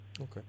Okay